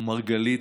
ומרגלית,